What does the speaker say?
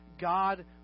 God